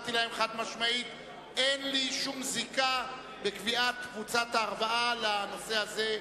הודעתי להם חד-משמעית שאין לי שום זיקה לקביעת קבוצת הארבעה לנושא הזה,